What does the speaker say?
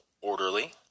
orderly